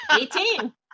Eighteen